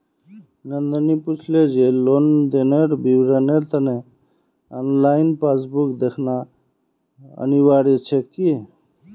नंदनी पूछले जे लेन देनेर विवरनेर त न ऑनलाइन पासबुक दखना अनिवार्य छेक की